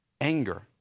anger